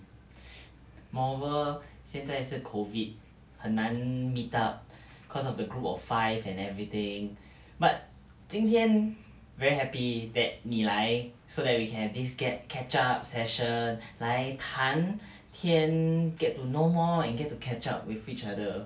moreover 现在是 COVID 很难 meet up cause of the group of five and everything but 今天 very happy that 你来 so that we have this get catch up session 来谈天 get to know more and you get to catch up with each other